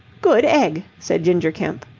good egg! said ginger kemp.